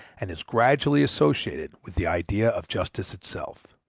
and is gradually associated with the idea of justice itself.